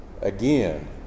Again